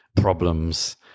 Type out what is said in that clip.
problems